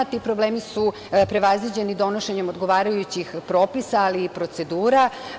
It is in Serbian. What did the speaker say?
Ti problemi su prevaziđeni donošenjem odgovarajućih propisa, ali i procedura.